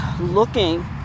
looking